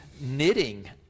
knitting